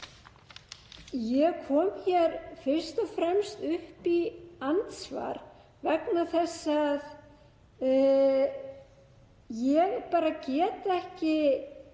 Ég kom fyrst og fremst upp í andsvar vegna þess að ég bara get ekki